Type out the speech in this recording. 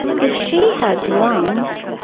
if she has lungs,